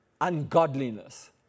ungodliness